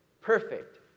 Perfect